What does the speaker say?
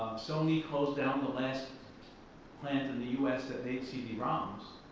sony closed down the last plants in the u s. that made cd-rom's.